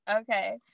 okay